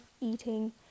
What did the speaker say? eating